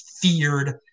feared